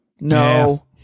no